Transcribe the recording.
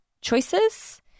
choices